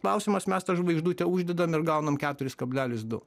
klausimas mes tas žvaigždutę uždedam ir gauname keturis kablelis du